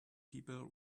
people